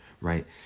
right